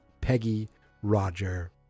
Peggy-Roger